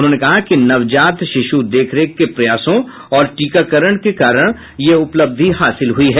उन्होंने कहा कि नवजात शिश् देखरेख के प्रयासों और टीकाकरण के कारण यह उपलब्धि हासिल हुयी है